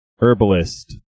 herbalist